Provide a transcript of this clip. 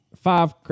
five